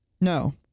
No